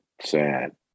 sad